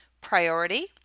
priority